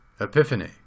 Epiphany